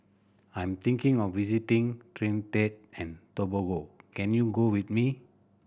I'm thinking of visiting Trinidad and Tobago can you go with me